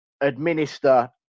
administer